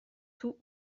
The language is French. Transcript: tout